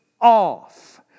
off